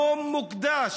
היום מוקדש,